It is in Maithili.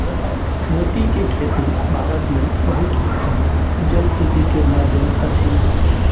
मोती के खेती भारत में बहुत उत्तम जलकृषि के माध्यम अछि